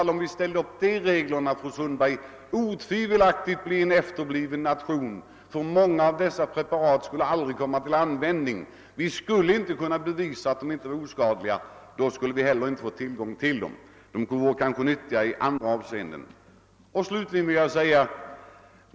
Om vi ställde upp sådana regler skulle vi otvivelaktigt bli en efterbliven nation, eftersom så många av dessa preparat inte skulle komma till användning på grund av att vi inte kan bevisa att de är oskadliga.